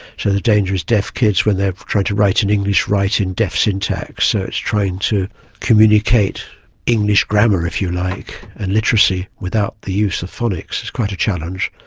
so the danger is deaf kids, when they are trying to write in english write in deaf syntax. so it's trying to communicate english grammar, if you like, and literacy without the use of phonics. it's quite a challenge.